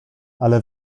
ale